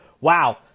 Wow